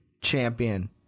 champion